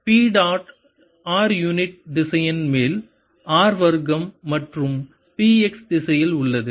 P dot r unit திசையன் மேல் r வர்க்கம் மற்றும் P எக்ஸ் திசையில் உள்ளது